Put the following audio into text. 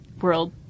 world